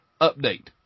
update